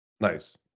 Nice